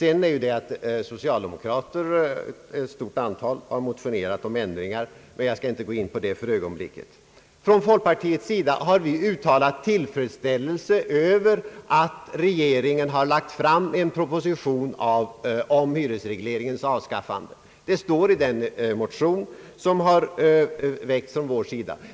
Ett stort antal socialdemokrater har vidare mottionerat om ändringar, men jag skall inte gå in på det för ögonblicket. Från folkpartiets sida har vi uttalat tillfredsställelse över att regeringen lagt fram en proposition om hyresregleringens avskaffande. Detta står i den motion, som väckts från vår sida.